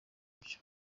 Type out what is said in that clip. byo